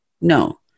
No